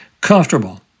comfortable